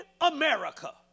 America